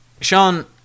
Sean